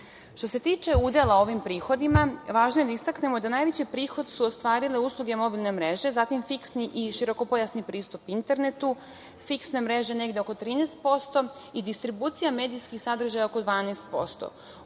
se tiče udela u ovim prihodima, važno je da istaknemo da su najveći prihod ostvarile usluge mobilne mreže, zatim fiksni i širokopojasni pristup internetu, fiksne mreže negde oko 13% i distribucija medijskih sadržaja oko 12%.